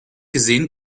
gesehen